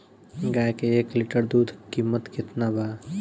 गाय के एक लीटर दूध कीमत केतना बा?